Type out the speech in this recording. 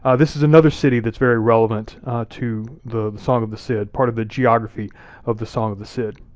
ah this is another city that's very relevant to the song of the cid. part of the geography of the song of the cid.